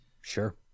Sure